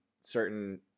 certain